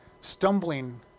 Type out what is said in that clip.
stumbling